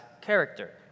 character